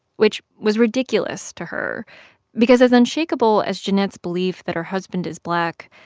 which was ridiculous to her because as unshakable as jennet's belief that her husband is black,